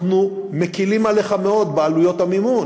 אנחנו מקלים עליך מאוד בעלויות המימון,